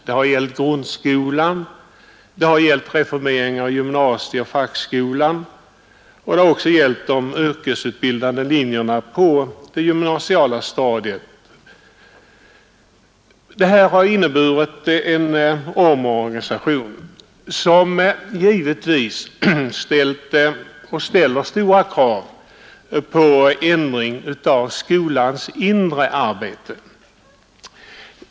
De har gällt grundskolan, gymnasieoch fackskola och också de yrkesutbildande linjerna på det gymnasiala stadiet. Det här har inneburit en omorganisation som givetvis ställt och ställer stora krav på ändring av skolans inre arbete.